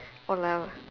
!walao!